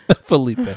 Felipe